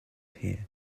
here